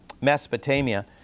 Mesopotamia